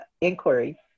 inquiry